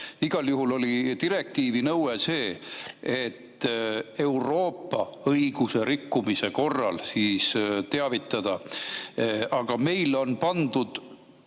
Igal juhul oli direktiivi nõue see, et Euroopa õiguse rikkumise korral [tuleb] teavitada, aga meil on pandud